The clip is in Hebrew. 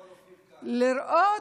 לראות,